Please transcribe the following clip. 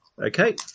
Okay